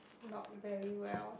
not very well